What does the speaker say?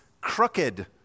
crooked